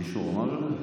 מישהו אמר את זה?